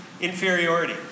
Inferiority